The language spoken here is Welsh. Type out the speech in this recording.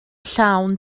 llawn